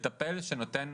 מטפל שנותן